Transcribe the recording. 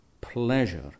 pleasure